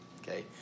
Okay